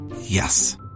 Yes